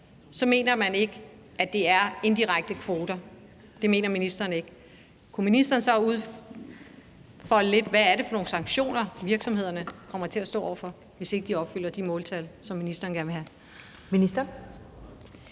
så mener man ikke, at det er indirekte kvoter. Det mener ministeren ikke. Kunne ministeren så udfolde lidt, hvad det er for nogle sanktioner, virksomhederne kommer til at stå over for, hvis ikke de opfylder de måltal, som ministeren gerne vil have?